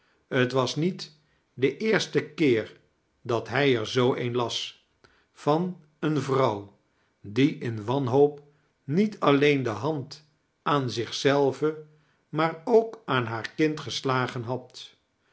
t was niet de eerste keer dat hij er zoo een las van eene vrouw die in wanhoop niet alleen de hand aan zioh zelve maar ook aan haar kind geslagen had